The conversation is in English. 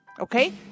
Okay